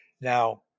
Now